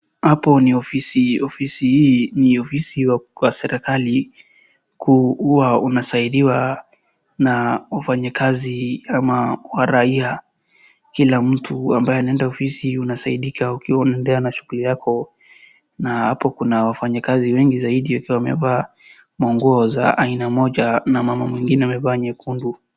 Hapo ni ofisi, ofisi hii ni ofisi ya serikali kuwa unasaidiwa na mfanyikazi ama waraia, kila mtu ambaye anaenda ofisi anasaidika ukiwa anaendea na shughuli yako, na hapo kuna wafanyikazi wengi zaidi wakiwa wamevaa manguo za aina moja na mama mwingine akiwa amevaa nyekundu.